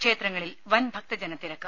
ക്ഷേത്രങ്ങളിൽ വൻഭക്തജനത്തിരക്ക്